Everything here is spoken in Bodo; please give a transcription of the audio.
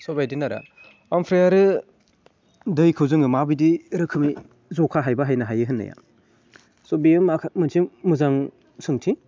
स' बेबायदिनो आरो ओमफ्राय आरो दैखौ जोङो माबायदि रोखोमनि ज'खाहाय बाहायनो हायो होननाय स' बेयो मा मोनसे मोजां सोंथि